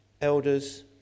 elders